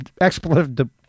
expletive